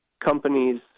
companies